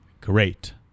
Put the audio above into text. great